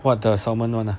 what the salmon [one] !huh!